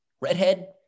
Redhead